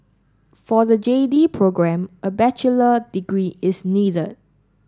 for the J D programme a bachelor degree is needed